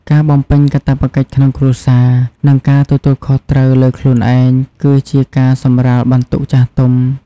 ការបំពេញកាតព្វកិច្ចក្នុងគ្រួសារ និងការទទួលខុសត្រូវលើខ្លួនឯង គឺជាការសម្រាលបន្ទុកចាស់ទុំ។